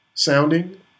Sounding